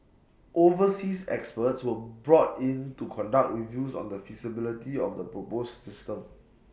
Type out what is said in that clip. overseas experts were brought in to conduct reviews on the feasibility of the proposed system